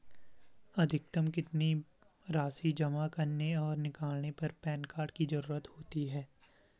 अधिकतम कितनी राशि जमा करने और निकालने पर पैन कार्ड की ज़रूरत होती है?